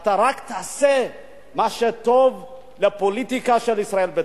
ואתה רק תעשה מה שטוב לפוליטיקה של ישראל ביתנו.